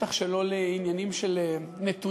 בטח שלא לעניינים של נתונים,